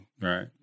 right